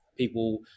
People